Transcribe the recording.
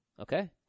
Okay